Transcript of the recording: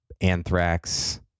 Anthrax